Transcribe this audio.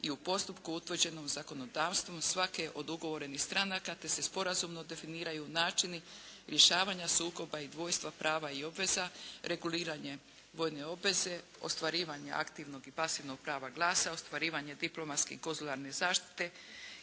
i u postupku utvrđenom zakonodavstvom svake od ugovorenih stranaka te se sporazumno definiraju načini rješavanja sukoba i dvojstva prava i obveza, reguliranje vojne obveze, ostvarivanje aktivnog i pasivnog prava glasa, ostvarivanje diplomatske i konzularne zaštite